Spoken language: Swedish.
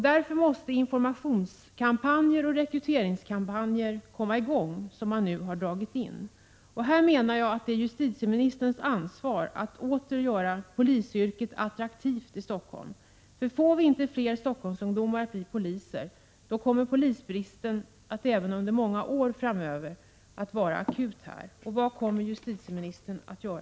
Därför måste sådana informationsinsatser och rekryteringskampanjer som tidigare dragits in komma i gång. Här menar jag att det måste åvila justitieministern ett ansvar att åter göra polisyrket attraktivt i Stockholm. Om vi inte får fler Stockholmsungdomar att bli poliser, då kommer polisbristen att även under många år framöver vara akut här.